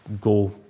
go